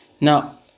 now